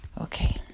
okay